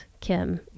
Kim